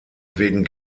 wegen